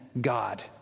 God